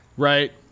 Right